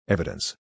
Evidence